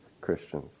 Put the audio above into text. Christians